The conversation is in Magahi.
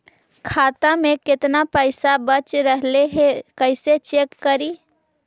खाता में केतना पैसा बच रहले हे कैसे चेक करी?